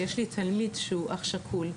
יש לי תלמיד שהוא אח שכול.